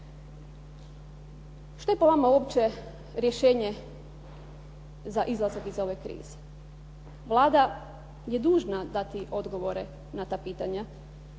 Što je po vama uopće rješenje za izlazak iz ove krize? Vlada je dužna dati odgovore na ta pitanja.